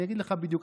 אני אגיד לך בדיוק,